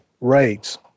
rates